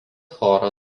choro